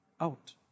out